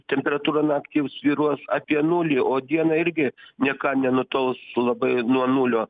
temperatūra naktį jau svyruos apie nulį o dieną irgi ne ką nenutols labai nuo nulio